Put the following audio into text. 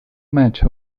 match